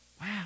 Wow